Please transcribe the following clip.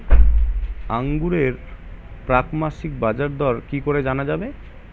আঙ্গুরের প্রাক মাসিক বাজারদর কি করে জানা যাবে?